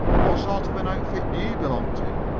what sort of an outfit do you belong to?